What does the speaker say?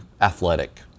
athletic